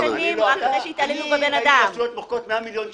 אני ראיתי רשויות שמוחקות 100 מיליון שקל.